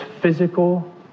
physical